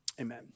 Amen